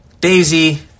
Daisy